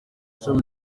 ishami